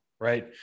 Right